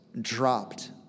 dropped